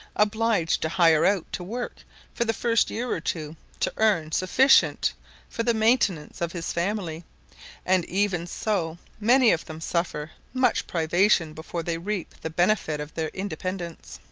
obliged to hire out to work for the first year or two, to earn sufficient for the maintenance of his family and even so many of them suffer much privation before they reap the benefit of their independence.